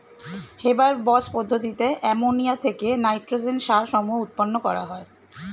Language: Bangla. হেবার বস পদ্ধতিতে অ্যামোনিয়া থেকে নাইট্রোজেন সার সমূহ উৎপন্ন করা হয়